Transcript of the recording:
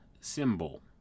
symbol